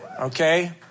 Okay